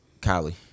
kylie